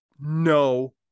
no